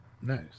Nice